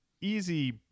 easy